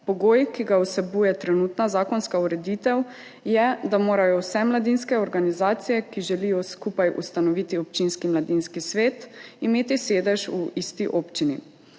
Pogoj, ki ga vsebuje trenutna zakonska ureditev, je, da morajo imeti vse mladinske organizacije, ki želijo skupaj ustanoviti občinski mladinski svet, sedež v isti občini.